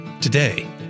Today